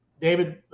David